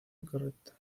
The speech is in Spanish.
incorrecta